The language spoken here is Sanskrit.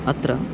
अत्र